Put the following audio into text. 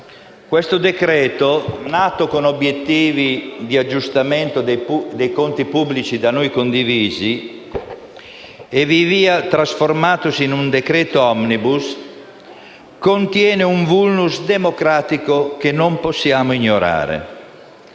questo decreto-legge, nato con obiettivi di aggiustamento dei conti pubblici da noi condivisi e via via trasformatosi in un decreto *omnibus*, contiene un *vulnus* democratico che non possiamo ignorare.